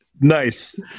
Nice